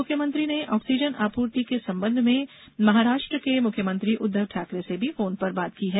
मुख्यमंत्री ने ऑक्सीजन आपूर्ति के संबंध में महाराष्ट्र के मुख्यमंत्री उद्दव ठाकरे से भी फोन पर बात की है